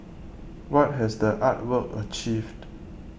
what has the art work achieved